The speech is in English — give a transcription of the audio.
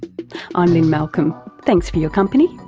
i'm lynne malcolm. thanks for your company,